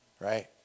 right